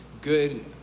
good